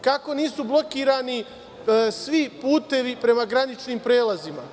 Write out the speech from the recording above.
Kako nisu blokirani svi putevi prema graničnim prelazima?